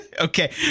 Okay